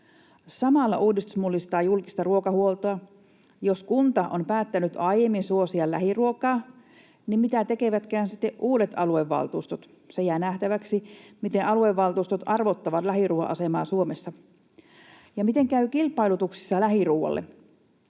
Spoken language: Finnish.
Samalla uudistus mullistaa julkista ruokahuoltoa. Jos kunta on päättänyt aiemmin suosia lähiruokaa, niin mitä tekevätkään sitten uudet aluevaltuustot? Jää nähtäväksi, miten aluevaltuustot arvottavat lähiruoan asemaa Suomessa. Ja miten käy kilpailutuksissa lähiruoalle?